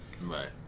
Right